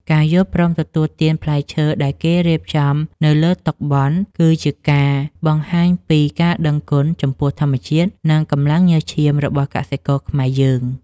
ការយល់ព្រមទទួលទានផ្លែឈើដែលគេរៀបចំនៅលើតុបុណ្យ គឺជាការបង្ហាញពីការដឹងគុណចំពោះធម្មជាតិ និងកម្លាំងញើសឈាមរបស់កសិករខ្មែរយើង។